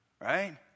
right